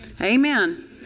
Amen